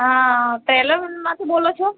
પ્રિયંકાબેન બોલો છો